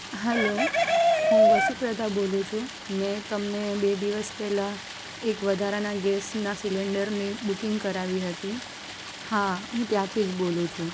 hello હું વસુપ્રધા બોલું છું મેં તમને બે દિવસ પહેલાં એક વધારાના ગેસના સિલિન્ડરની બુકિંગ કરાવી હતી હા હું ત્યાંથી જ બોલું છું